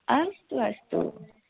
अस्तु अस्तु